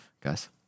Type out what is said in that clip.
Guys